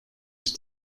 ich